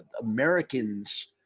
Americans